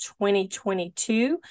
2022